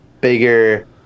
bigger –